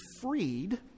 freed